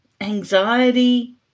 anxiety